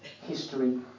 history